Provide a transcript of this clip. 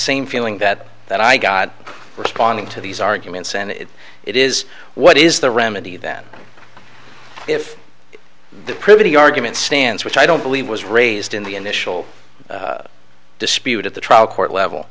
same feeling that that i got responding to these arguments and if it is what is the remedy then if the privity argument stands which i don't believe was raised in the initial dispute at the trial court level